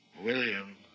William